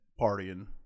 partying